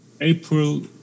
April